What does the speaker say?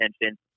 attention